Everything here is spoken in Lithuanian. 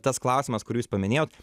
tas klausimas kurį jūs paminėjot